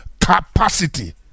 capacity